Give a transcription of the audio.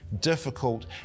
difficult